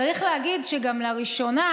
צריך להגיד גם שלראשונה